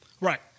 Right